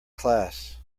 class